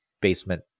basement